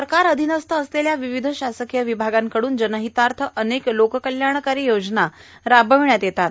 सरकार अधिनस्त असलेल्या विविध शासकीय विभागांकडून जनहितार्थ अनेक लोककल्याणकारी योजना राबविण्यात येतात